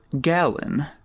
gallon